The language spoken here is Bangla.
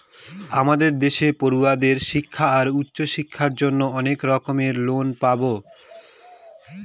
আমাদের দেশে পড়ুয়াদের শিক্ষা আর উচ্চশিক্ষার জন্য অনেক রকম লোন পাবো